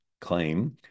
claim